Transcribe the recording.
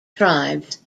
tribes